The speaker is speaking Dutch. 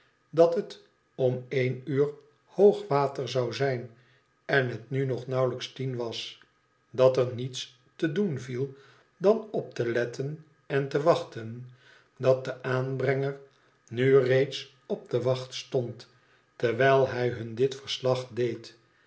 dat het om één uur hoog water zou zijn en het nu nog nanwelijks tien was dat er niets te doen viel dan op te letten en te wachten dat de aanbrenger nu reeds op de wacht stond terwijl hij hun dit terslag deed